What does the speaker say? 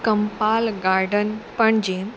Campal garden Panjim